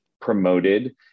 promoted